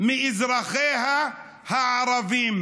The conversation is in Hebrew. ישראל אחרי 18 בחודש,